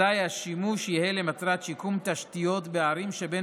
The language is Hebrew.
אזי השימוש יהיה למטרת שיקום תשתיות בערים שבין